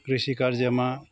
कृषि कार्यमा